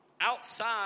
outside